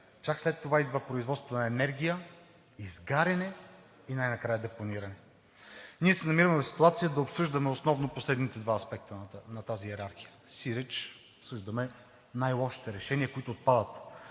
чак след това идва производство на енергия, изгаряне и най-накрая депониране. Ние се намираме в ситуация да обсъждаме основно последните два аспекта в тази йерархия, сиреч обсъждаме най-лошите решения, които отпадат.